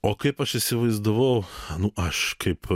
o kaip aš įsivaizdavau nu aš kaip